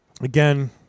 again